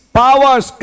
powers